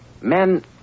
Men